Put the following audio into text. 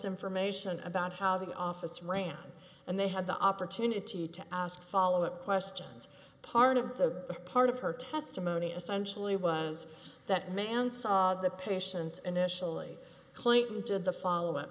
information about how the office ran and they had the opportunity to ask follow up questions part of the part of her testimony essentially was that man saw the patients and initially claimed he did the follow